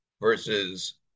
versus